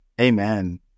Amen